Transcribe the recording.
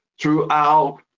throughout